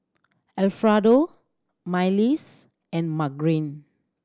Alfredo Myles and Margene